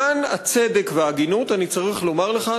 למען הצדק וההגינות אני צריך להגיד לך,